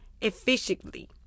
efficiently